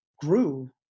grew